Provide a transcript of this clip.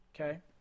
Okay